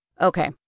Okay